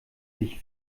sich